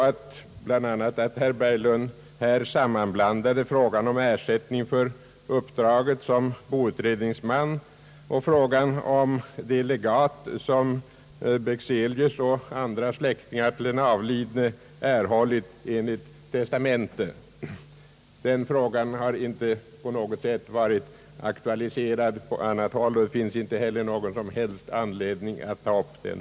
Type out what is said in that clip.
a. blandade herr Berglund samman frågan om ersättning för uppdraget som boutredningsman och frågan om de legat som Bexelius och andra släktingar till den avlidne erhållit enligt testamente. Den senare frågan har inte på något sätt varit aktualiserad på annat håll, och det finns inte heller någon som helst anledning att ta upp den.